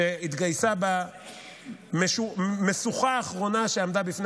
שהתגייסה במשוכה האחרונה שעמדה בפני